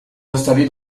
installé